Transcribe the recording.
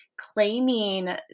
claiming